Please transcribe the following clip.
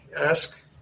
ask